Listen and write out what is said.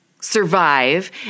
survive